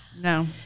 No